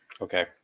okay